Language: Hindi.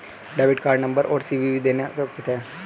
डेबिट कार्ड नंबर और सी.वी.वी देना सुरक्षित है?